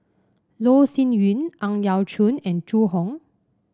Loh Sin Yun Ang Yau Choon and Zhu Hong